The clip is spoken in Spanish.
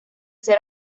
ser